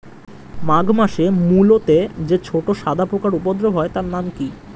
মাঘ মাসে মূলোতে যে ছোট সাদা পোকার উপদ্রব হয় তার নাম কি?